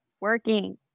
working